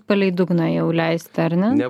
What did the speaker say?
palei dugną jau leisti ar ne